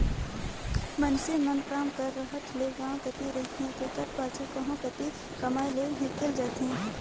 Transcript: मइनसे मन काम कर रहत ले गाँव कती रहथें तेकर पाछू कहों कती कमाए लें हिंकेल जाथें